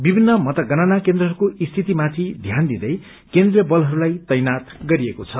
विभित्र मतगणना केन्द्रहरूको स्थितिमाथि ध्यान दिँदै केन्द्रीय बलहरूलाई तैनाथ गरिएको छ